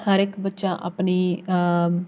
हर इक बच्चा अपनी